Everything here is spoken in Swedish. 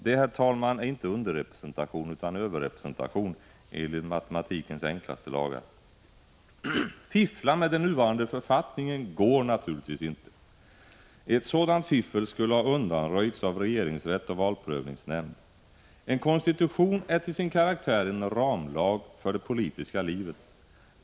Det är inte underrepresentation utan överrepresentation enligt matematikens enkla lagar! Fiffla med den nuvarande författningen går naturligtvis inte. Ett sådant fiffel skulle ha undanröjts av regeringsrätt och valprövningsnämnd. En konstitution är till sin karaktär en ramlag för det politiska livet.